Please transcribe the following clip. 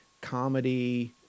comedy